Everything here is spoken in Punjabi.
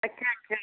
ਅੱਛਾ ਅੱਛਾ